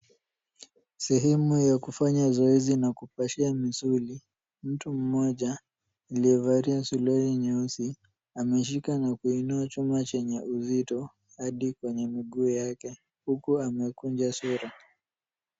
Sehemu ya kufanya zoezi na kupashia misuli. Mtu mmoja aliyevalia suruali nyeusi ameshika na kuniua chuma chenye uzito hadi kwenye miguu yake huku amekunja sura.